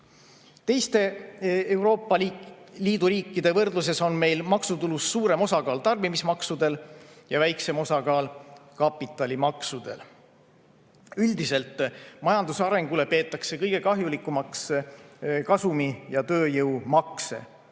Teiste Euroopa Liidu riikidega võrreldes on meil maksutulus suurem osakaal tarbimismaksudel ja väiksem osakaal kapitalimaksudel. Üldiselt peetakse majanduse arengule kõige kahjulikumaks kasumi- ja tööjõumakse.